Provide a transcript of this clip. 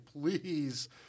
Please